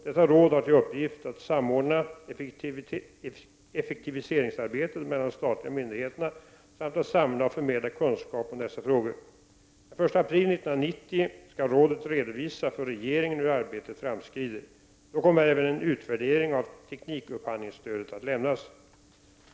Detta råd har till uppgift att samordna effektiviseringsarbetet mellan de statliga myndigheterna samt att samla och förmedla kunskap om dessa frågor. Den 1 april 1990 skall rådet redovisa för regeringen hur arbetet framskrider. Då kommer även en utvärdering av teknikupphandlingsstödet att lämnas.